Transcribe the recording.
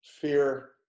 Fear